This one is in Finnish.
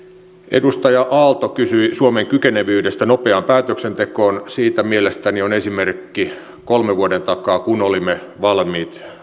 edustaja aalto kysyi suomen kykenevyydestä nopeaan päätöksentekoon siitä mielestäni on esimerkki kolmen vuoden takaa kun olimme valmiit